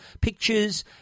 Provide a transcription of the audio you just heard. pictures